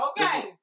Okay